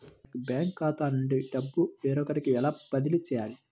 నా యొక్క బ్యాంకు ఖాతా నుండి డబ్బు వేరొకరికి ఎలా బదిలీ చేయాలి?